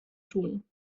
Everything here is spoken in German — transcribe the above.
tun